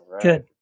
good